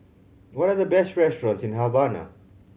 what are the best restaurants in Havana